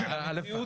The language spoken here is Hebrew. למציאות.